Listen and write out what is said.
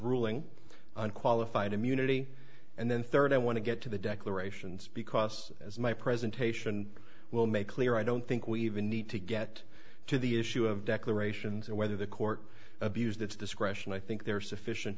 ruling on qualified immunity and then third i want to get to the declarations because as my presentation will make clear i don't think we even need to get to the issue of declarations and whether the court abused its discretion i think there is sufficient